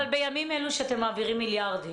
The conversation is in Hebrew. אבל בימים אלה שאתם מעבירים מיליארדים